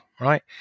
right